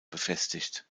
befestigt